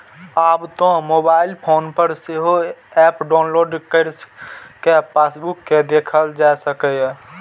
आब तं mobile phone पर सेहो एप डाउलोड कैर कें पासबुक कें देखल जा सकैए